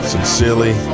Sincerely